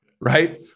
Right